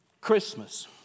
Christmas